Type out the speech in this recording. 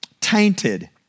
tainted